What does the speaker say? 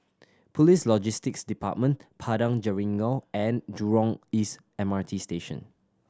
Police Logistics Department Padang Jeringau and Jurong East M R T Station